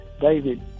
David